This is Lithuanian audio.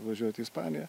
važiuoti į ispaniją